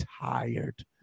tired